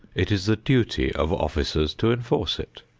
it is the duty of officers to enforce it.